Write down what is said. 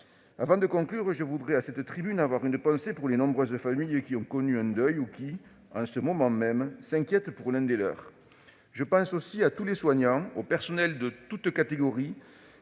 Avant de conclure, je voudrais à cette tribune avoir une pensée pour les nombreuses familles qui ont connu un deuil ou qui, en ce moment même, s'inquiètent pour l'un des leurs. Je pense aussi à tous les soignants et aux personnels de toutes catégories